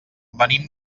venim